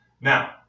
Now